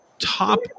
top